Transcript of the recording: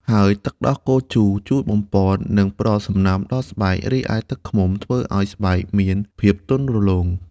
ហើយទឹកដោះគោជួយបំប៉ន និងផ្ដល់សំណើមដល់ស្បែក រីឯទឹកឃ្មុំធ្វើឱ្យស្បែកមានភាពទន់និងរលោង។